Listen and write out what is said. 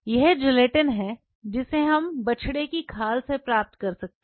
यह जिलेटिन है जिसे हम बछड़े की खाल से प्राप्त कर सकते हैं